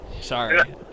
Sorry